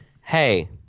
Hey